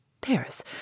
Paris